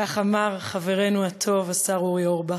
כך אמר חברנו הטוב השר אורי אורבך.